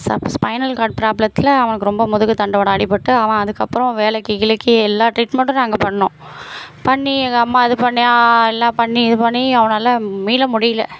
sub spinal cord ப்ராப்ளத்தில் அவனுக்கு ரொம்ப முதுகு தண்டோடு அடிப்பட்டு அவன் அதுக்கப்புறம் வேலைக்கு கீலைக்கி எல்லா ட்ரீட்மெண்ட்டும் நாங்கள் பண்ணோம் பண்ணி எங்கள் அம்மா இது பண்ணி எல்லாம் பண்ணி இது பண்ணி அவனால் மீள முடியல